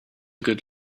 good